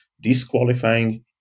disqualifying